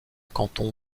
canton